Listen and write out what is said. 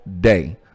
day